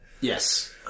Yes